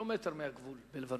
קילומטר מהגבול עם לבנון.